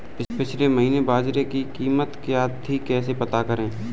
पिछले महीने बाजरे की कीमत क्या थी कैसे पता करें?